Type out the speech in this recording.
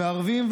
ערבים,